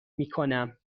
میکنم